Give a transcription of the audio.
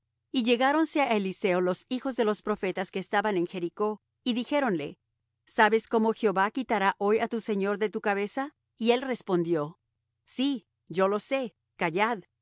y llegáronse á eliseo los hijos de los profetas que estaban en jericó y dijéronle sabes cómo jehová quitará hoy á tu señor de tu cabeza y él respondió sí yo lo sé callad y